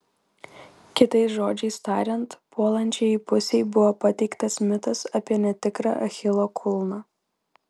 kitais žodžiais tariant puolančiajai pusei buvo pateiktas mitas apie netikrą achilo kulną